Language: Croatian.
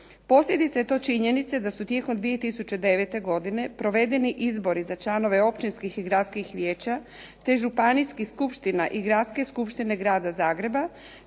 Posljedica je to činjenice da su tijekom 2009. godine provedeni izbori za članove općinskih i gradskih vijeća te županijskih skupština i Gradske skupštine Grada Zagreba